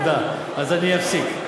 אז אני אפסיק.